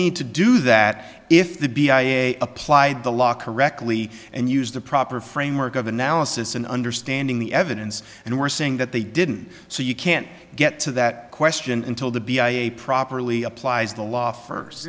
need to do that if the b i a applied the law correctly and used the proper framework of analysis and understanding the evidence and we're saying that they didn't so you can't get to that question until the b i a properly applies the law first